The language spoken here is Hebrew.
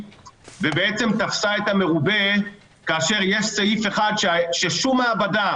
ותפסה את המרובה כאשר יש סעיף אחד ששום מעבדה,